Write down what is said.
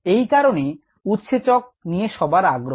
এই কারণে উৎসেচক নিয়ে সবার আগ্রহ